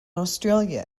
australia